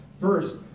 First